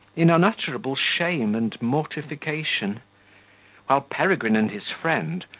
in unutterable shame and mortification while peregrine and his friend,